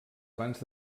abans